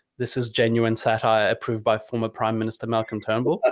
this is genuine satire approved by former prime minister malcolm turnbull? ah